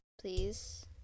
please